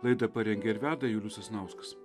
laida parengė ir veda julius sasnauskas